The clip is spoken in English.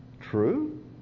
true